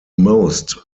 most